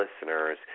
listeners